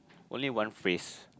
only one phrase